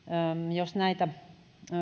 jos näitä